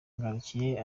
ngarukiye